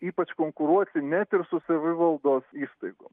ypač konkuruoti net ir su savivaldos įstaigom